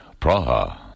Praha